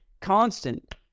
constant